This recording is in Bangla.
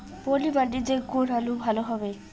পলি মাটিতে কোন আলু ভালো হবে?